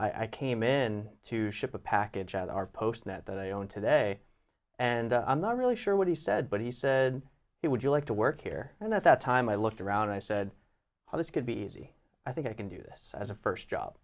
i came in to ship a package at our post net that i own today and i'm not really sure what he said but he said it would you like to work here and at that time i looked around i said how this could be easy i think i can do this as a first job